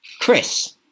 Chris